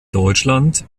deutschland